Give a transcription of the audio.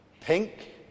pink